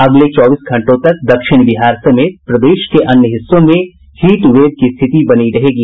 अगले चौबीस घंटों तक दक्षिण बिहार समेत प्रदेश के अन्य हिस्सों में हीट वेव की स्थिति बनी रहेगी